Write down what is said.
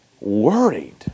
worried